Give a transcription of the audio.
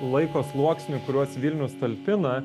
laiko sluoksnių kuriuos vilnius talpina